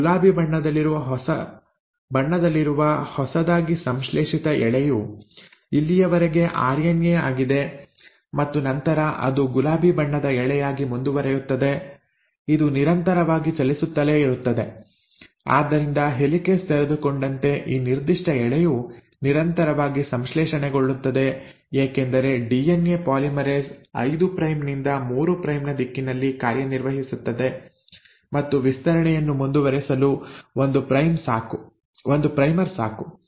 ಈ ಗುಲಾಬಿ ಬಣ್ಣದಲ್ಲಿರುವ ಹೊಸದಾಗಿ ಸಂಶ್ಲೇಷಿತ ಎಳೆಯು ಇಲ್ಲಿಯವರೆಗೆ ಆರ್ಎನ್ಎ ಆಗಿದೆ ಮತ್ತು ನಂತರ ಅದು ಗುಲಾಬಿ ಬಣ್ಣದ ಎಳೆಯಾಗಿ ಮುಂದುವರಿಯುತ್ತದೆ ಇದು ನಿರಂತರವಾಗಿ ಚಲಿಸುತ್ತಲೇ ಇರುತ್ತದೆ ಆದ್ದರಿಂದ ಹೆಲಿಕೇಸ್ ತೆರೆದುಕೊಂಡಂತೆ ಈ ನಿರ್ದಿಷ್ಟ ಎಳೆಯು ನಿರಂತರವಾಗಿ ಸಂಶ್ಲೇಷಣೆಗೊಳ್ಳುತ್ತದೆ ಏಕೆಂದರೆ ಡಿಎನ್ಎ ಪಾಲಿಮರೇಸ್ 5 ಪ್ರೈಮ್ ನಿಂದ 3 ಪ್ರೈಮ್ ನ ದಿಕ್ಕಿನಲ್ಲಿ ಕಾರ್ಯನಿರ್ವಹಿಸುತ್ತದೆ ಮತ್ತು ವಿಸ್ತರಣೆಯನ್ನು ಮುಂದುವರಿಸಲು ಒಂದು ಪ್ರೈಮರ್ ಸಾಕು